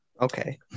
Okay